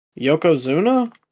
Yokozuna